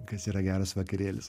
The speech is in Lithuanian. kas yra geras vakarėlis